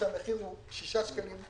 כשהמחיר הוא 6 שקלים.